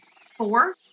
Four